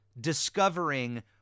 discovering